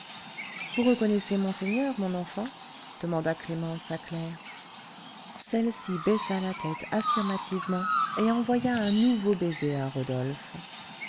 vous reconnaissez monseigneur mon enfant demanda clémence à claire celle-ci baissa la tête affirmativement et envoya un nouveau baiser à rodolphe